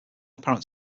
apparent